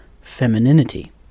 femininity